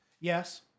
Yes